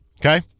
Okay